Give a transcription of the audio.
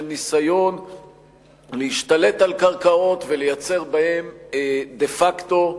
של ניסיון להשתלט על קרקעות ולייצר בהן דה-פקטו,